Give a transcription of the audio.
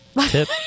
tip